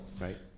Right